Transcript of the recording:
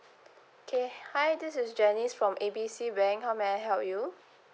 okay hi this is janice from A B C bank how may I help you